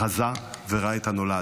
חזה וראה את הנולד.